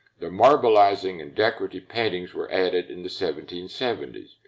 the marbleizing and decorative paintings were added in the seventeen seventy s.